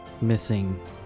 missing